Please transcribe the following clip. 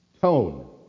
tone